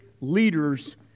leaders